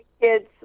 kids